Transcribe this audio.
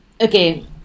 okay